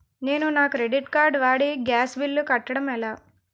నేను నా credit card వాడి గ్యాస్ బిల్లు కట్టడం ఎలా?